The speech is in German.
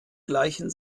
gleichen